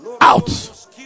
Out